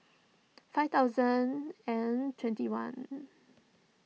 five thousand and twenty one